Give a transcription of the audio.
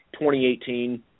2018